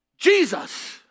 Jesus